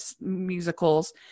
musicals